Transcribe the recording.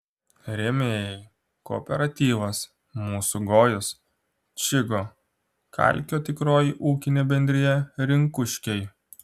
rėmėjai kooperatyvas mūsų gojus čygo kalkio tikroji ūkinė bendrija rinkuškiai